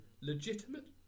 Legitimate